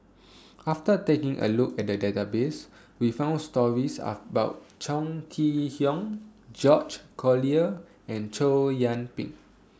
after taking A Look At The Database We found stories about Chong Kee Hiong George Collyer and Chow Yian Ping